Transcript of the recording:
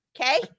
okay